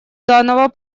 данного